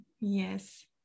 Yes